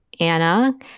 Anna